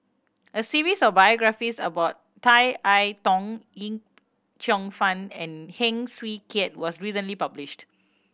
a series of biographies about Tan I Tong Yip Cheong Fun and Heng Swee Keat was recently published